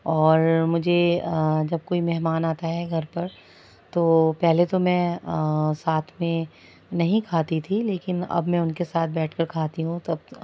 اور مجھے جب کوئی مہمان آتا ہے گھر پر تو پہلے تو میں ساتھ میں نہیں کھاتی تھی لیکن اب میں ان کے ساتھ بیٹھ کر کھاتی ہوں تو اب